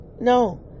No